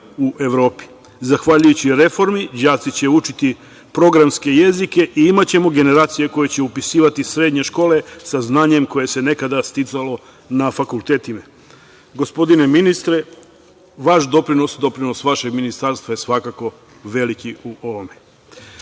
u Evropi. Zahvaljujući reformi, đaci će učiti programske jezike i imaćemo generacije koje će upisivati srednje škole sa znanjem koje se nekada sticalo na fakultetima. Gospodine ministre, vaš doprinos, doprinos vašeg ministarstva je svakako veliki u